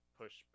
push